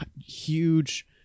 huge